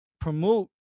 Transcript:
promote